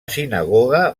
sinagoga